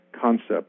concept